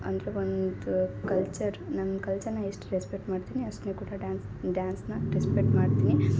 ಅಂದರೆ ಒಂದು ಕಲ್ಚರ್ ನಮ್ಮ ಕಲ್ಚರ್ನ ಎಷ್ಟ್ ರೆಸ್ಪೆಕ್ಟ್ ಮಾಡ್ತೀನಿ ಅಷ್ಟ್ ಕೂಡ ಡ್ಯಾನ್ಸ್ ಡ್ಯಾನ್ಸ್ನ ರೆಸ್ಪೆಕ್ಟ್ ಮಾಡ್ತೀನಿ